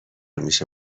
میشه